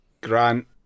grant